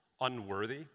unworthy